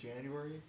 January